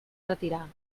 retirar